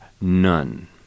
none